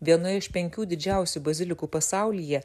viena iš penkių didžiausių bazilikų pasaulyje